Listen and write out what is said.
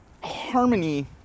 harmony